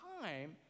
time